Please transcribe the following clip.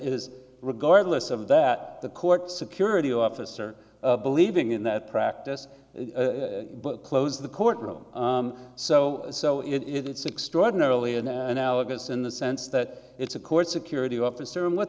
is regardless of that the court security officer believing in that practice but closed the courtroom so so it it's extraordinarily an analogous in the sense that it's a court security officer and what